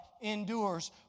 endures